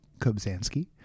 Kobzanski